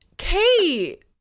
Kate